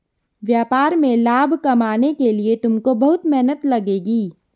व्यापार में लाभ कमाने के लिए तुमको बहुत मेहनत लगेगी